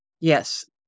Yes